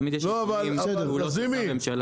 תמיד יש נתונים ופעולות של משרד ממשלה,